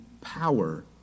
power